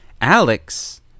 alex